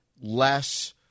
less